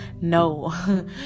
no